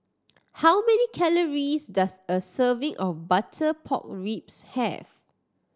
how many calories does a serving of butter pork ribs have